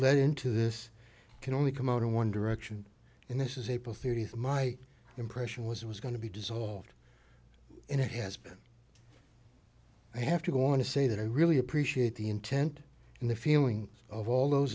lead into this can only come out in one direction and this is april thirtieth my impression was it was going to be dissolved and it has been i have to go on to say that i really appreciate the intent and the feeling of all those